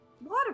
water